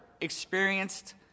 experienced